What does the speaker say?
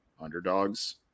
underdogs